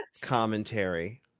commentary